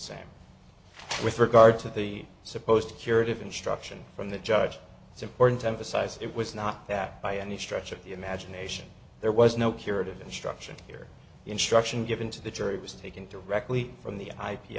same with regard to the supposed curative instruction from the judge it's important to emphasize that it was not that by any stretch of the imagination there was no curative instruction here the instruction given to the jury was taken directly from the i